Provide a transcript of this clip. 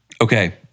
Okay